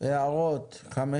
הערות 15,